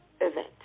event